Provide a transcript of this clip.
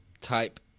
Type